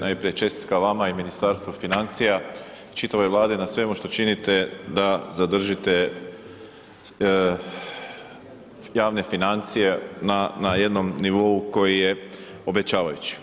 Najprije čestitka vama i Ministarstvu financija, čitavoj Vladi na svemu što činite da zadržite javne financije na jednom nivou koji je obećavajući.